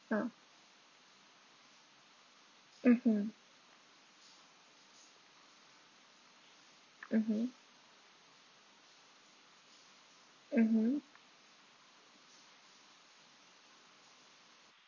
mm mmhmm mmhmm mmhmm